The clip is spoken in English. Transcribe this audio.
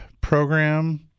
program